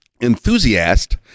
enthusiast